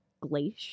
glacier